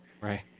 right